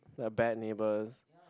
the bad neighbours